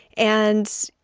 and,